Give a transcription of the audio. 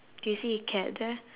do you see a cat there